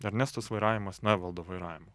ernestos vairavimas nuo evaldo vairavimo